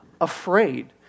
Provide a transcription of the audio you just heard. afraid